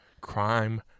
crime